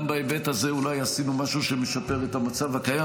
בהיבט הזה אולי עשינו משהו שמשפר את המצב הקיים.